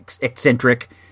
eccentric